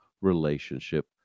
relationship